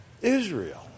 Israel